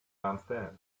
downstairs